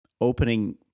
opening